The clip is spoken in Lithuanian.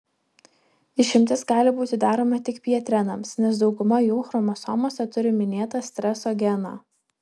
išimtis gali būti daroma tik pjetrenams nes dauguma jų chromosomose turi minėtą streso geną